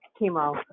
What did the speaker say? chemo